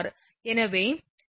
எனவே r 1 cm 0